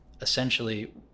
essentially